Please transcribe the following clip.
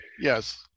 Yes